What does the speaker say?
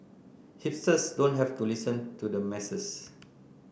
hipsters don't have to listen to the masses